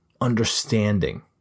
understanding